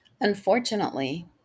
Unfortunately